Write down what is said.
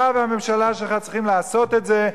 אתה והממשלה שלך צריכים לעשות את זה,